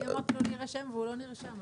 אני אמרתי לו להירשם והוא לא נרשם.